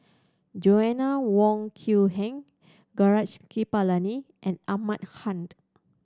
Joanna Wong Quee Heng Gaurav Kripalani and Ahmad Khan